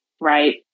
right